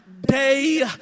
Day